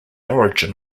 origin